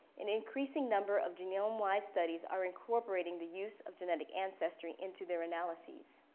an increasing number of genome wide studies are incorporating the use of genetic ancestry into their analyses.